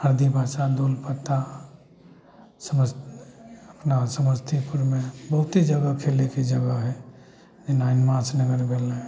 आदिरबासा धुलपत्ता समस अपना समस्तीपुरमे बहुते जगह खेलेके जगह हइ एनाहे मासनगर भेल रहै